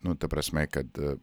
nu ta prasme kad